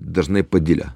dažnai padilę